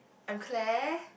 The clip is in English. I'm Claire